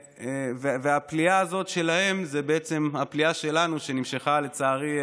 הפליאה הזו שלהם היא הפליאה שלנו, שנמשכה, לצערי,